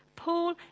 Paul